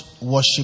worship